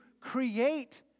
create